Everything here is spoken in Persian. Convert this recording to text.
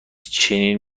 چنین